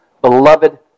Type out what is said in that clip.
beloved